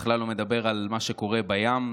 בכלל לא מדבר על מה שקורה בים,